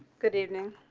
good evening